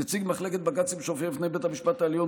נציג מחלקת הבג"צים שהופיע בפני בית המשפט העליון